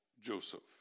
Joseph